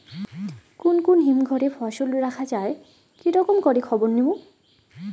কুন কুন হিমঘর এ ফসল রাখা যায় কি রকম করে খবর নিমু?